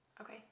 okay